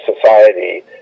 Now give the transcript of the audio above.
society